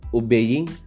obeying